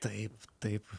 taip taip